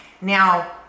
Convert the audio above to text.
Now